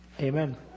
Amen